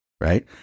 right